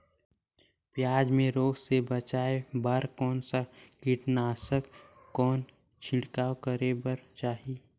पियाज मे रोग ले बचाय बार कौन सा कीटनाशक कौन छिड़काव करे बर चाही?